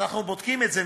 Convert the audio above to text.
אז אנחנו בודקים את זה.